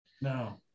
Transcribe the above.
No